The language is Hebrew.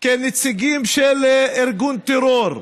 כנציגים של ארגון טרור,